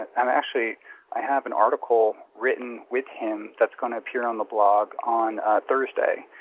i'm actually i have an article written with him that's going to appear on the blog on thursday.